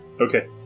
Okay